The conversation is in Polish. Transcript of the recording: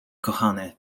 kochany